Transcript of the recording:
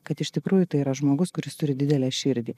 kad iš tikrųjų tai yra žmogus kuris turi didelę širdį